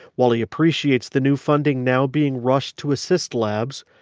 while he appreciates the new funding now being rushed to assist labs,